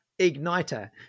Igniter